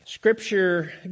Scripture